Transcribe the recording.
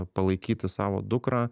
palaikyti savo dukrą